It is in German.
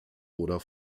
oder